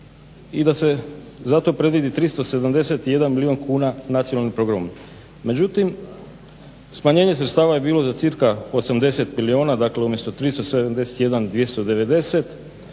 i da se za to predvidi 371 milijun kuna Nacionalnim programom. Međutim, smanjenje sredstava je bilo za cca 80 milijuna. Dakle umjesto 371, 290, razminirano